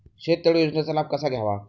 शेततळे योजनेचा लाभ कसा घ्यावा?